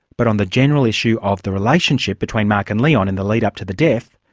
but on the general issue of the relationship between mark and leon in the lead-up to the death,